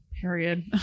Period